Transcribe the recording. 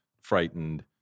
frightened